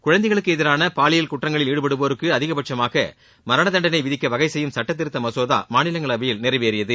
குழந்தைகளுக்கு எதிரான பாலியல் குற்றங்களில் ஈடுபடுவோருக்கு அதிகபட்சமாக மரணதண்டனை விதிக்க வகை செய்யும் சுட்டத்திருத்த மசோதா மாநிலங்களவையில் நிறைவேறியது